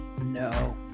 No